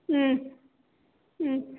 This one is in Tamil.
ம் ம்